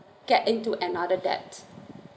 get into another debt